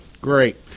Great